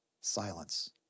silence